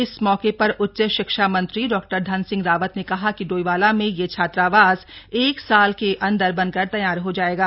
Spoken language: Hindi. इस मौके पर उच्च शिक्षा मंत्री डॉ धन सिंह रावत ने कहा कि डोईवाला में यह छात्रावास एक साल के अन्दर बनकर तैयार हो जायेगा